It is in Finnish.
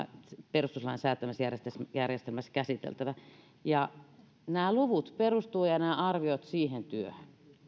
perustuslain säätämisjärjestelmässä käsiteltävä ja nämä luvut ja arviot perustuvat siihen työhön